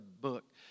book